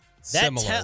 similar